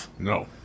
No